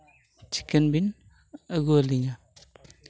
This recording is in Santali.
ᱪᱤᱠᱮᱱ ᱵᱮᱱ ᱟᱹᱜᱩ ᱟᱹᱞᱤᱧᱟ